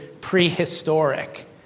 prehistoric